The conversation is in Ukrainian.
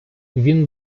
він